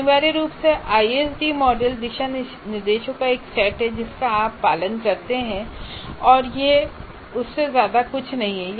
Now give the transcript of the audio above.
अनिवार्य रूप से आईएसडी मॉडल दिशानिर्देशों का एक सेट है जिसका आप पालन करते हैं और यह उससे ज्यादा कुछ नहीं है